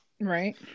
Right